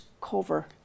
cover